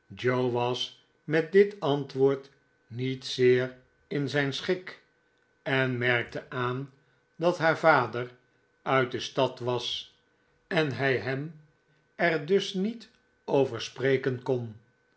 was met dit antwoord niet zeer in zijn schik en merkte aan dat haar vader uit de stad was on hij hem er dus niet over spreken kon